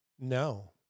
No